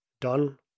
done